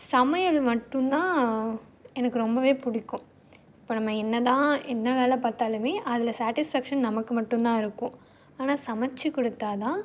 சமையல் மட்டும் தான் எனக்கு ரொம்பவே பிடிக்கும் இப்போ நம்ம என்ன தான் என்ன வேலை பார்த்தாலுமே அதில் சாட்டிஸ்ஃபேக்ஷன் நமக்கு மட்டும் தான் இருக்கும் ஆனால் சமைச்சிக் கொடுத்தா தான்